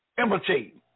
imitate